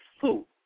food